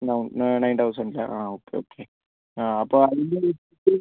now nine തൗസൻഡിന്റെയാണോ ആ okay okay ആ അപ്പം അതിന്റെ ലിസ്റ്റ്